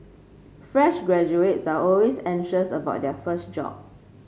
fresh graduates are always anxious about their first job